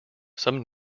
some